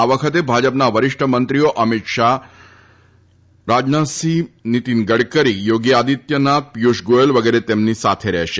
આ વખતે ભાજપના વરિષ્ઠ મંત્રીઓ અમીત શાફ રાજનાથસિંફ નીતિન ગડકરી યોગી આદિત્યનાથ પિયુષ ગોયલ વગેરે તેમની સાથે રફેશે